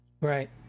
Right